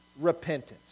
repentance